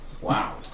Wow